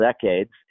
decades